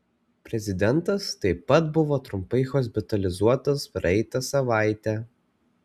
prezidentas taip pat buvo trumpai hospitalizuotas praeitą savaitę